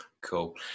cool